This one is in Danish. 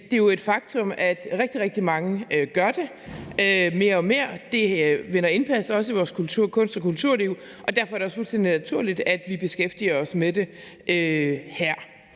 det er jo et faktum, at rigtig, rigtig mange gør det mere og mere. Det vinder indpas, også i vores kunst- og kulturliv, og derfor er det også fuldstændig naturligt, at vi beskæftiger os med det her.